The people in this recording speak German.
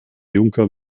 juncker